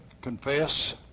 confess